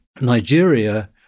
Nigeria